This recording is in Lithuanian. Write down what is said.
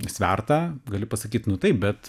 svertą gali pasakyt nu taip bet